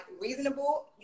reasonable